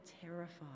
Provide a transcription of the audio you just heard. terrified